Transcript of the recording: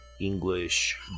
English